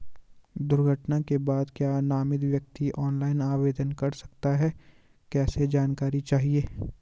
दुर्घटना के बाद क्या नामित व्यक्ति ऑनलाइन आवेदन कर सकता है कैसे जानकारी चाहिए?